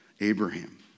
Abraham